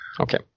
Okay